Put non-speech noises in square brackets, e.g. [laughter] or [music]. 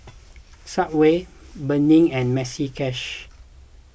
[noise] Subway Burnie and Maxi Cash